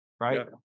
right